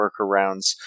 workarounds